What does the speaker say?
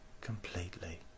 completely